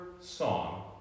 song